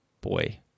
boy